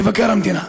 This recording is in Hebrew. מבקר המדינה.